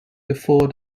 before